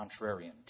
contrarian